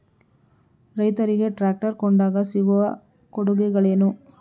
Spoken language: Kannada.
ರೈತರಿಗೆ ಟ್ರಾಕ್ಟರ್ ಕೊಂಡಾಗ ಸಿಗುವ ಕೊಡುಗೆಗಳೇನು?